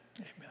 amen